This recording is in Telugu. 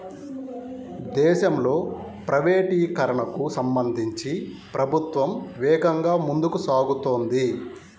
దేశంలో ప్రైవేటీకరణకు సంబంధించి ప్రభుత్వం వేగంగా ముందుకు సాగుతోంది